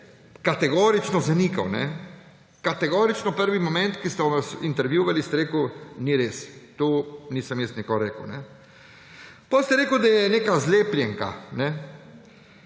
kategorično zanikali, kategorično, prvi moment, ko so vas intervjuvali, ste rekli – ni res, to nisem jaz nikoli rekel. Potem ste rekli, da je neka zlepljenka.